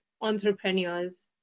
entrepreneurs